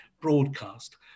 broadcast